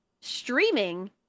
streaming